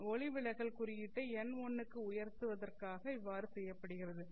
அதன் ஒளி விலகல் குறியீட்டைப் n1 க்கு உயர்த்துவதற்காக இவ்வாறு செய்யப்படுகிறது